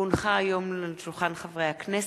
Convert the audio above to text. כי הונחה היום על שולחן הכנסת,